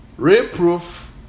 Reproof